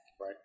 right